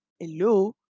Hello